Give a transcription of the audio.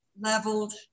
leveled